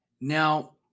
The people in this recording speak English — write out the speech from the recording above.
Now